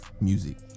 music